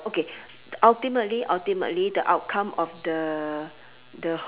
okay ultimately ultimately the outcome of the the